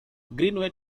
greenway